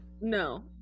No